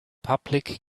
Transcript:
public